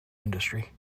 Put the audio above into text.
industry